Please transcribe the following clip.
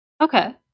Okay